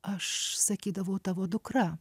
aš sakydavau tavo dukra